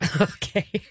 okay